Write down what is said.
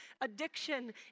addiction